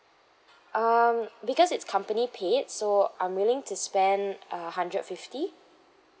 um because it's company paid so I'm willing to spend uh hundred fifty